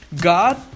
God